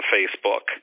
Facebook